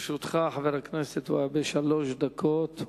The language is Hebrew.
לרשותך, חבר הכנסת והבה, שלוש דקות.